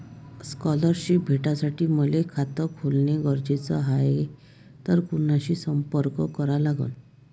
Scholarship भेटासाठी मले खात खोलने गरजेचे हाय तर कुणाशी संपर्क करा लागन?